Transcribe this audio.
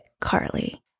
carly